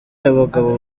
abagabo